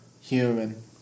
Human